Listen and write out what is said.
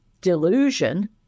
delusion